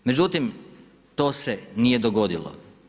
Međutim to se nije dogodilo.